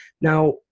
Now